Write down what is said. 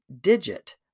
digit